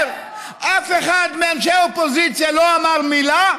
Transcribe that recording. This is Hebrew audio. שאף אחד מאנשי האופוזיציה לא אמר מילה,